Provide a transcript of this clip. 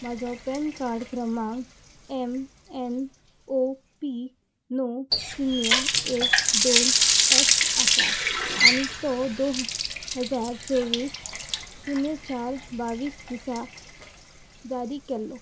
म्हाजो पॅनकार्ड क्रमांक M N O P णव शुन्य एक दोन एच आसा आनी तो दो हजार चोवीस शुन्य चार बावीस दिसा जारी केल्लो